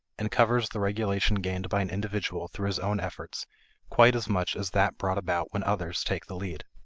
and covers the regulation gained by an individual through his own efforts quite as much as that brought about when others take the lead.